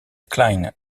klein